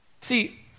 See